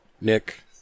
Nick